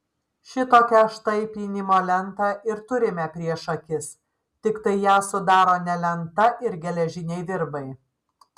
šitokią štai pynimo lentą ir turime prieš akis tiktai ją sudaro ne lenta ir geležiniai virbai